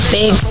big